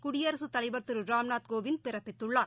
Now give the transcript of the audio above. குடியரசுத் தலைவர் திரு ராம்நாத் கோவிந்த் பிறப்பித்துள்ளார்